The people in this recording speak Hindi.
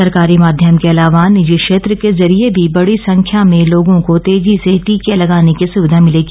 सरकारी माध्यम के अलावा निजी क्षेत्र के जरिए भी बड़ी संख्या में लोगों को तेजी से टीके लगाने की सुविधा मिलेगी